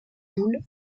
boule